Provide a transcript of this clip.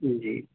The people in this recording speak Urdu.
جی